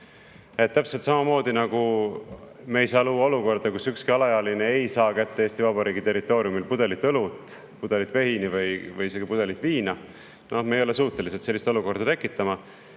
Täpselt samamoodi, nagu me ei saa luua olukorda, kus ükski alaealine ei saa Eesti Vabariigi territooriumil kätte pudelit õlut, pudelit veini või isegi pudelit viina – me ei ole suutelised sellist olukorda tekitama